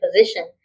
position